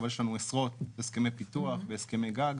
אבל יש לנו עשרות הסכמי פיתוח והסכמי גג.